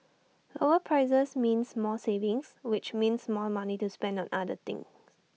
lower prices means more savings which means more money to spend on other things